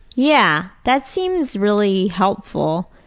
yeah, that seems really helpful.